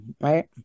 right